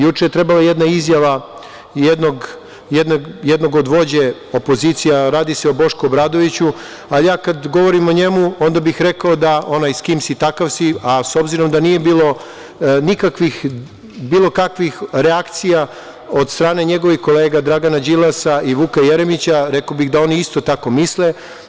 Juče je trebalo jedna izjava jednog od vođe opozicija, radi se o Bošku Obradoviću, ali ja kad govorim o njemu, onda bih rekao da onaj s kim si takav si, a s obzirom da nije bilo nikakvih bilo kakvih reakcija od strane njegovih kolega Dragana Đilasa i Vuka Jeremića, rekao bih da oni isto tako misle.